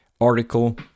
article